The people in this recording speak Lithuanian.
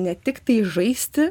ne tiktai žaisti